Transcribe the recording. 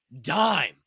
dime